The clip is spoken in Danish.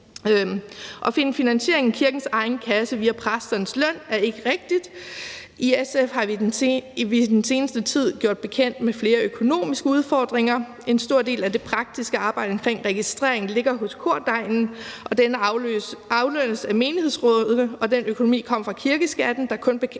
At finde finansiering gennem kirkens egen kasse gennem præsternes løn er ikke rigtigt. I SF er vi i den seneste tid blevet gjort bekendt med flere økonomiske udfordringer. En stor del af arbejdet med den praktiske registrering ligger hos kordegnen, og denne aflønnes af menighedsrådet og den økonomi, der kommer fra kirkeskatten, der kun